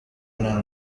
nta